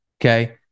Okay